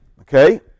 Okay